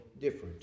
different